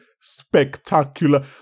spectacular